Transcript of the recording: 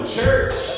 church